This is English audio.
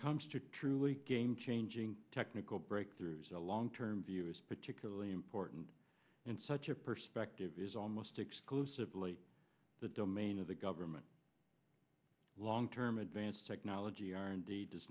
comes to truly game changing technical breakthroughs a long term view is particularly important and such a perspective is almost exclusively the domain of the government long term advance technology r and d does